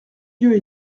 lieues